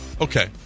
okay